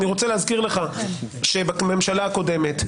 אני רוצה להזכיר לך שבממשלה הקודמת,